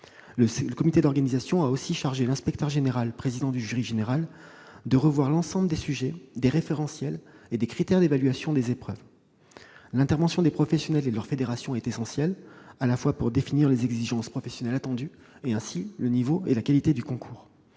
Le COET a aussi chargé l'inspecteur général, président du jury général, de revoir l'ensemble des sujets, des référentiels et des critères d'évaluation des épreuves. L'intervention des professionnels et de leurs fédérations est essentielle pour définir les exigences professionnelles attendues et, de la sorte, le niveau et la qualité du concours.